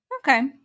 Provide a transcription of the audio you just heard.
Okay